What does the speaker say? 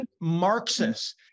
Marxists